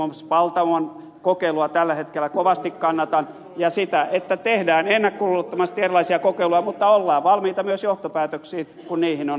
muun muassa paltamon kokeilua tällä hetkellä kovasti kannatan ja sitä että tehdään ennakkoluulottomasti erilaisia kokeiluja mutta ollaan valmiita myös johtopäätöksiin kun niihin on aihetta